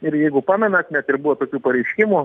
ir jeigu pamenat net ir buvo tokių pareiškimų